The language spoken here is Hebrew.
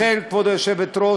לכן, כבוד היושבת-ראש,